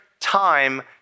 time